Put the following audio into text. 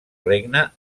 regne